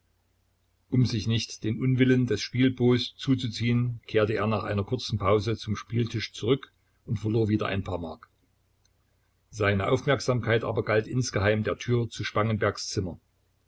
um sich nicht den unwillen des spielbooß zuzuziehen kehrte er nach einer kurzen pause zum spieltisch zurück und verlor wieder ein paar mark seine aufmerksamkeit aber galt insgeheim der tür zu spangenbergs zimmer